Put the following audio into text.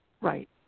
Right